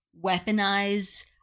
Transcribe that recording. weaponize